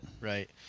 Right